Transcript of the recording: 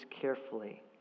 carefully